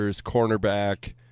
cornerback